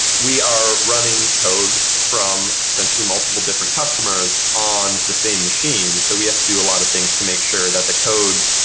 we are running code from potentially multiple different customers on the same machine, so we have do a lot of things to make sure that the code,